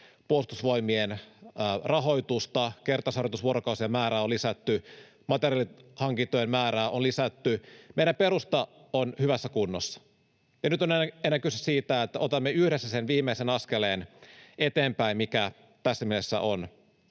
Puolustusvoimien rahoitusta, kertausharjoitusvuorokausien määrää on lisätty, materiaalihankintojen määrää on lisätty. Meidän perustamme on hyvässä kunnossa. Nyt on enää kyse siitä, että otamme yhdessä sen viimeisen askeleen eteenpäin, mikä tässä mielessä on